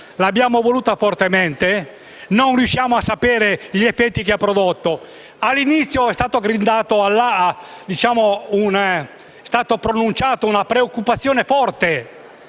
l'abbiamo voluta fortemente e non riusciamo a sapere gli effetti che ha prodotto. All'inizio è stata espressa una grande preoccupazione, perché